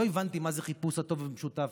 לא הבנתי מה זה חיפוש הטוב והמשותף